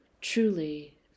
Truly